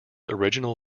original